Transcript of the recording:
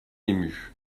émue